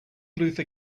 luther